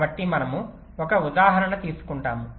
కాబట్టి మనము ఒక ఉదాహరణ తీసుకుంటాము